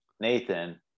Nathan